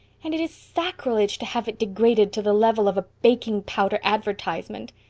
and it is sacrilege to have it degraded to the level of a baking powder advertisement.